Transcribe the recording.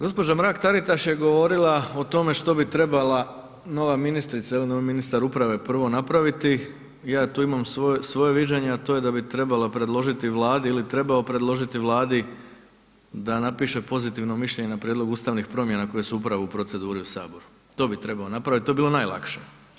Gospođa Mrak Taritaš je govorila o tome što bi trebala nova ministrica ili novi ministar uprave prvo napraviti, ja tu imam svoje viđenje, a to je da bi trebala predložiti Vladi ili trebao predložiti Vladi da napiše pozitivno mišljenje na prijedlog ustavnih promjena koje su upravo u proceduri u saboru, to bi trebao napraviti, to bi bilo najlakše.